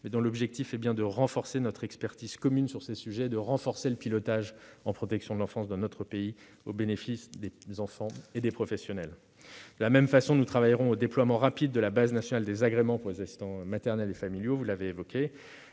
mais dont l'objectif est bien de renforcer notre expertise commune sur ces sujets et de renforcer le pilotage de la protection de l'enfance dans notre pays, au bénéfice des enfants et des professionnels. De la même façon, nous travaillerons au déploiement rapide de la base nationale des agréments pour les assistants maternels et familiaux. Par ailleurs,